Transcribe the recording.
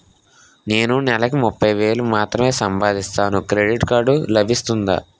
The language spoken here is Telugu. నేను నెల కి ముప్పై వేలు మాత్రమే సంపాదిస్తాను క్రెడిట్ కార్డ్ లభిస్తుందా?